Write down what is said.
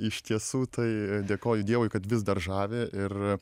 iš tiesų tai dėkoju dievui kad vis dar žavi ir